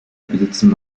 besitzen